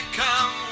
come